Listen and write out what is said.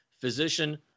Physician